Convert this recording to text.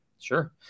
Sure